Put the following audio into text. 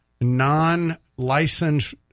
non-licensed